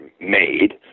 made